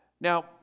Now